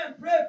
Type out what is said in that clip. pray